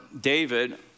David